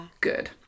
good